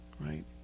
right